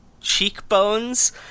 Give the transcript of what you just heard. cheekbones